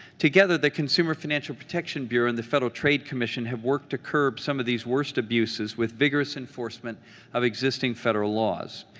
together, the consumer financial protection bureau and the federal trade commission have worked to curb some of these worst abuses with vigorous enforcement of existing federal laws.